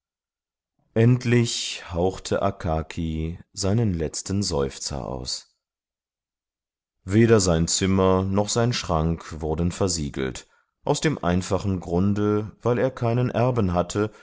endlich hauchte akaki seinen letzten seufzer aus weder sein zimmer noch sein schrank wurden versiegelt aus dem einfachen grunde weil er keinen erben hatte